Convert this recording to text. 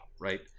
right